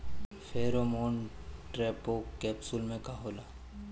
Pheromone trap capsule में का होला?